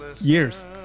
Years